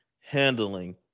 handling